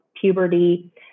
puberty